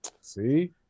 See